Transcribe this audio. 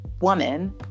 woman